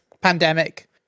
pandemic